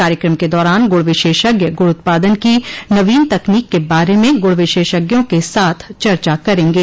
कार्यक्रम के दौरान गुड़ उत्पादक गुड़ उत्पादन की नवीन तकनीक के बारे में गुड़ विशेषज्ञों के साथ चर्चा करेंगे